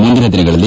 ಮುಂದಿನ ದಿನಗಳಲ್ಲಿ